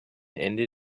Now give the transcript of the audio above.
ende